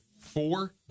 four